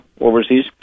overseas